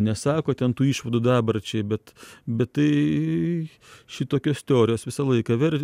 nesako ten tų išvadų dabarčiai bet bet tai šitokios teorijos visą laiką ver